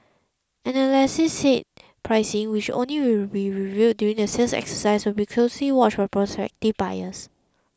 analysts said pricing which only will be revealed during the sales exercise will be closely watched by prospective buyers